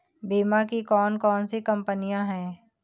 बीमा की कौन कौन सी कंपनियाँ हैं?